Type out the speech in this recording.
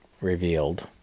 revealed